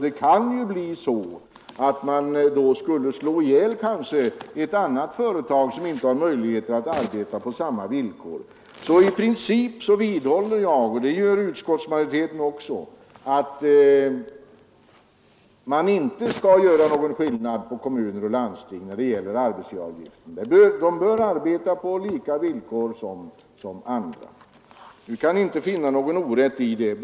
Det kunde ju bli så, att ett annat företag, som inte har möjlighet att arbeta på samma villkor, därigenom skulle slås ihjäl. I princip vidhåller jag — och det gör utskottsmajoriteten också — att man inte skall göra någon skillnad mellan kommuner eller landsting och andra arbetsgivare när det gäller arbetsgivaravgiften, utan att de bör arbeta på samma villkor som andra företag. Vi kan inte finna något orätt i detta.